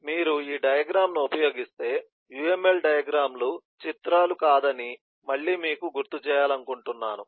మీరు ఈ డయాగ్రమ్ ను ఉపయోగిస్తే UML డయాగ్రమ్ లు చిత్రాలు కాదని మళ్ళీ మీకు గుర్తు చేయాలనుకుంటున్నాను